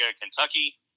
Kentucky